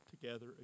together